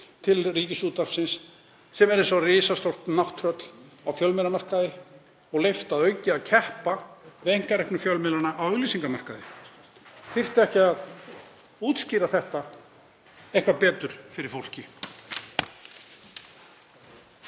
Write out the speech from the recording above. til Ríkisútvarpsins sem er eins og risastórt nátttröll á fjölmiðlamarkaði og leyft að auki að keppa við einkareknu fjölmiðlana á auglýsingamarkaði. Þyrfti ekki að útskýra þetta eitthvað betur fyrir fólki?